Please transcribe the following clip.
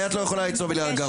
מה זה הדבר הזה?